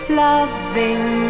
loving